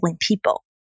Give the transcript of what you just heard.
people